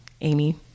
Amy